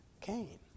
Cain